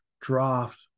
draft